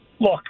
Look